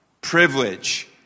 privilege